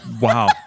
Wow